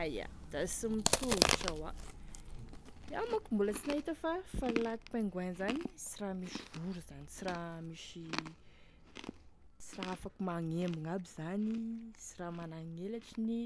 Aia da sy mitovy sa hoa iaho manko manko mbola sy nahita fa fahalalako pingouin zany sy raha misy voro zany sy raha misy sy raha afaky magnembogny aby zany sy raha managn'elatriny,